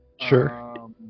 Sure